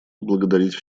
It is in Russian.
поблагодарить